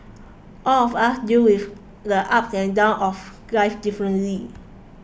all of us deal with the ups and downs of life differently